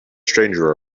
stranger